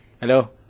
Hello